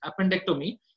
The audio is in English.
appendectomy